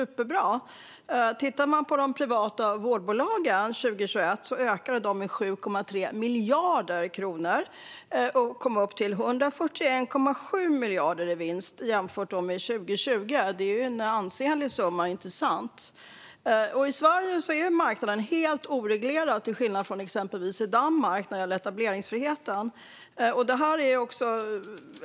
Under 2021 ökade de privata vårdbolagens vinst med 7,3 miljarder kronor från 2020, och man kom upp till 141,7 miljarder i vinst. Det är en ansenlig summa, inte sant? I Sverige är marknaden helt oreglerad när det gäller etableringsfriheten, till skillnad från exempelvis Danmark.